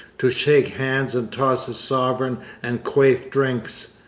to shake hands and toss a sovereign and quaff drinks.